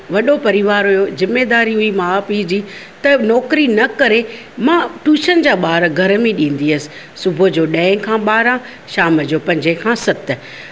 वॾो परिवारु हुयो ज़िमेदारी हुई माउ पीउ जी त नौकरी न करे मां टूशन जा ॿार घर में ॾींदी हुअसि सुबुह जो ॾहें खां ॿारहां शाम पंजे खां सत